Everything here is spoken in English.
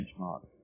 benchmark